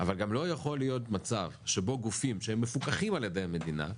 אבל גם לא יכול להיות מצב שבו גופים שהם מפוקחים על ידי המדינה,